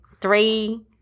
three